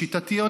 שיטתיות,